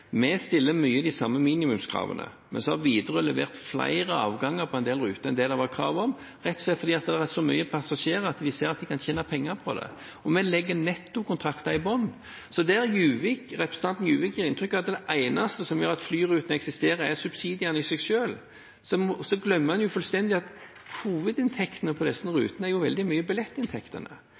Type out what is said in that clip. vi stiller de samme minimumskravene. Widerøe har levert flere avganger på en del ruter enn det det var krav om, fordi det var så mange passasjerer at de ser at de kan tjene penger på det. Og vi legger nettokontrakten i bånn. Representanten Juvik gir inntrykk av at det eneste som gjør at flyrutene eksisterer, er subsidiene i seg selv. Men han glemmer fullstendig at hovedinntektene fra disse rutene er billettinntektene.